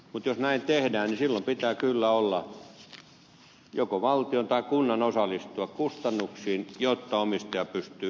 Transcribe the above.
mutta jos näin tehdään niin silloin pitää kyllä joko valtion tai kunnan osallistua kustannuksiin jotta omistaja pystyy ylläpitämään sitä kiinteistöä